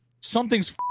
something's